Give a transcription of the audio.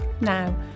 Now